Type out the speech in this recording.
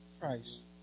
Christ